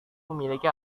memiliki